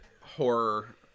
horror